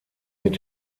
mit